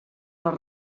les